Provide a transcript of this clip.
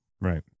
Right